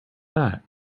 that